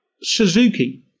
Suzuki